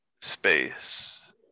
space